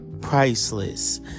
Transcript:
priceless